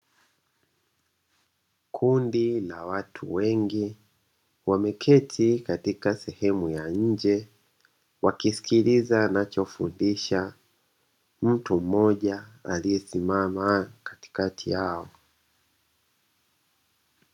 Kundi la watu wengi wameketi katika sehemu ya nje wakisikiliza anachofundisha mtu mmoja aliyesimama katikati yao.